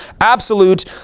absolute